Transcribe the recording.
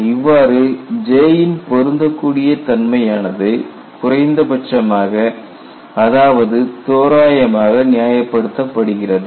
இவ்வாறு J இன் பொருந்தக்கூடிய தன்மை ஆனது குறைந்தபட்சமாக அதாவது தோராயமாக நியாயப்படுத்தப்படுகிறது